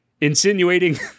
insinuating